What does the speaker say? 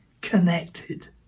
connected